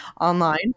online